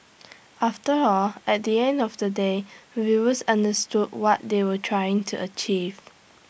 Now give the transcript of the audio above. after all at the end of the day viewers understood what they were trying to achieve